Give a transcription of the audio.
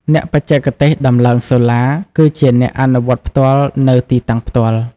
អ្នកបច្ចេកទេសដំឡើងសូឡា គឺជាអ្នកអនុវត្តផ្ទាល់នៅទីតាំងផ្ទាល់។